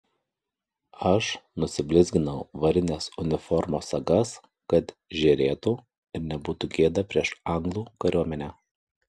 aš nusiblizginau varines uniformos sagas kad žėrėtų ir nebūtų gėda prieš anglų kariuomenę